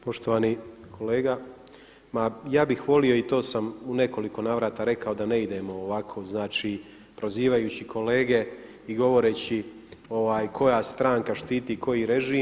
Poštovani kolega ma ja bih volio i to sam u nekoliko navrata rekao da ne idemo ovako, znači prozivajući kolege i govoreći koja stranka štiti koji režim.